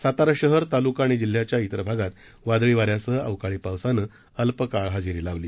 सातारा शहर तालुका आणि जिल्ह्याच्या त्तर भागात वादळी वाऱ्यासह अवकाळी पावसानं अल्पकाळ हजेरी लावली